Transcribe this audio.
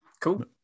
Cool